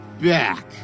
back